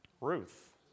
Ruth